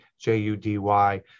J-U-D-Y